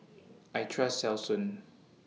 I Trust Selsun